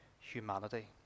humanity